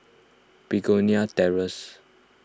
Begonia Terrace